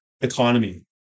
economy